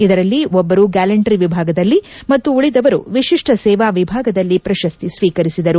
ಇದರಲ್ಲಿ ಒಬ್ಬರು ಗ್ಯಾಲಂಟ್ರಿ ವಿಭಾಗದಲ್ಲಿ ಮತ್ತು ಉಳಿದವರು ವಿಶಿಷ್ವ ಸೇವಾ ವಿಭಾಗದಲ್ಲಿ ಪ್ರಶಸ್ತಿ ಸ್ವೀಕರಿಸಿದರು